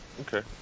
Okay